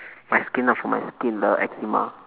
my skin lah for my skin the eczema